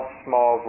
small